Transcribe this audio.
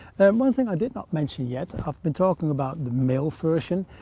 one thing i did not mention yet, i've been talking about the male version.